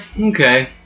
Okay